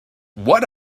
what